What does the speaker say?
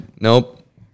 nope